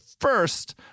first